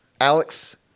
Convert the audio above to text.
Alex